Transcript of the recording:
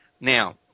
Now